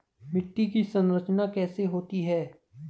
मिट्टी की संरचना कैसे होती है?